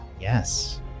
Yes